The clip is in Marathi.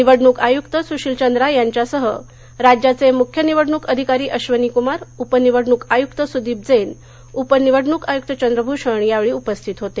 निवडणूक आयुक्त सुशील चंद्रा यांच्यासह राज्याचे मुख्य निवडणूक अधिकारी अब्नी कुमार उप निवडणूक आयुक्त सुदीप जैन उप निवडणूक आयुक्त चंद्रभूषण यावेळी उपस्थित होते